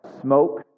smoke